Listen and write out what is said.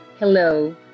Hello